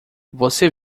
você